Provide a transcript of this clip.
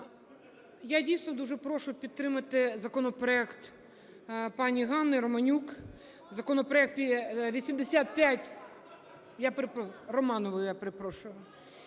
Я, дійсно, дуже прошу підтримати законопроект пані Ганни Романюк, законопроект 8502… Я перепрошую, Романової, я перепрошую.